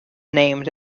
named